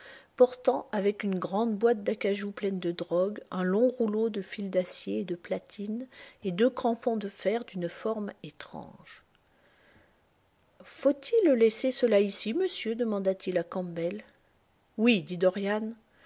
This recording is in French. portant avec une grande boîte d'acajou pleine de drogues un long rouleau de fil d'acier et de platine et deux crampons de fer d'une forme étrange faut-il laisser cela ici monsieur demanda-t-il à campbell oui dit